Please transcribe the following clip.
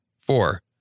Four